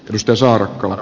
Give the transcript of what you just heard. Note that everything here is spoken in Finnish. risto saarakkala